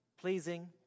pleasing